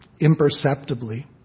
imperceptibly